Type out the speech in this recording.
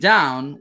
Down